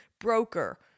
broker